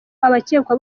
abakekwa